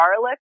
garlic